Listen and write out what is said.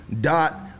dot